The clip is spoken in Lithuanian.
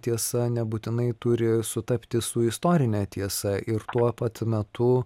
tiesa nebūtinai turi sutapti su istorine tiesa ir tuo pat metu